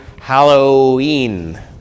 Halloween